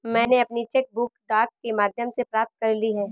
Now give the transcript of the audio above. मैनें अपनी cheque book डाक के माध्यम से प्राप्त कर ली है